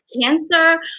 cancer